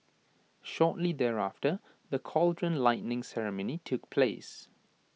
shortly thereafter the cauldron lighting ceremony took place